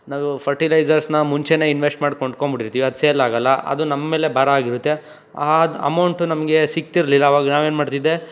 ನಾವು ಫರ್ಟಿಲೈಝರ್ಸ್ನ ಮುಂಚೆಯೇ ಇನ್ವೆಶ್ಟ್ ಮಾಡಿ ಕೊಂಡ್ಕೊಂಡ್ಬಿಟ್ಟಿರ್ತೀವಿ ಅದು ಸೇಲ್ ಆಗಲ್ಲ ಅದು ನಮ್ಮೇಲೆ ಭಾರ ಆಗಿರುತ್ತೆ ಆ ಅಮೌಂಟು ನಮಗೆ ಸಿಗ್ತಿರಲಿಲ್ಲ ಅವಾಗ ನಾವೇನ್ಮಾಡ್ತಿದ್ದೆ